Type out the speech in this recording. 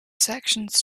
sections